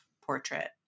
portrait